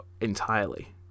entirely